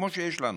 כמו שיש לנו,